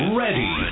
ready